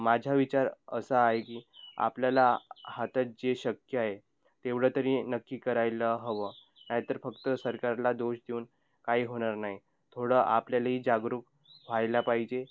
माझा विचार असा आहे की आपल्याला हातात जे शक्य आहे तेवढं तरी नक्की करायला हवं नाहीतर फक्त सरकारला दोष देऊन काही होणार नाही थोडं आपल्यालाही जागरूक व्हायला पाहिजे